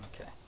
Okay